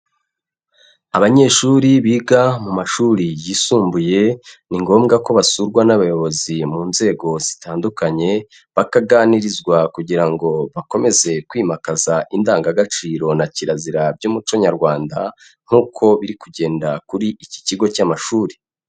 Abanyeshuri biga mu mashuri yisumbuye, ni ngombwa ko basurwa n'abayobozi mu nzego zitandukanye bakaganirizwa kugira ngo bakomeze kwimakaza indangagaciro na kirazira by'umuco nyarwanda nk'uko biri kugenda kuri iki kigo cy'amashuri.